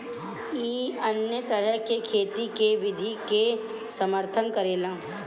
इ अन्य तरह के खेती के विधि के समर्थन करेला